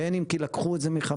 בין אם כי לקחו את זה מחברות,